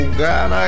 god